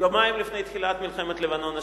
יומיים לפני תחילת מלחמת לבנון השנייה.